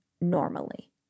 normally